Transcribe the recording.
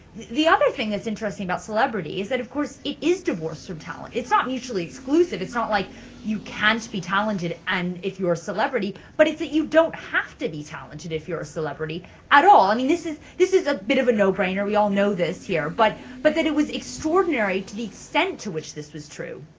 the other thing that's interesting about celebrity is that of course it is divorced from talent. it's not mutually exclusive, it's not like you can't be talented and if you're a celebrity, but it's that you don't have to be talented if you're a celebrity at all. i mean this is, this is a bit of a no brainer, we all know this here, but-but but but that it was extraordinary to the extent to which this was true.